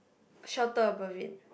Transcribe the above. shelter above it